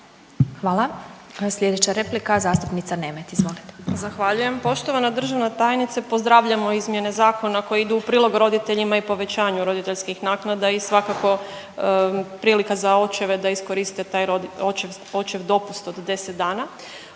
Hvala, slijedeća replika zastupnica Nemet. Izvolite. **Nemet, Katarina (IDS)** Zahvaljujem. Poštovana državna tajnice pozdravljamo izmjene zakona koji idu u prilog roditeljima i povećanju roditeljskih naknada i svakako prilika za očeve da iskoriste taj očev dopust od 10 dana.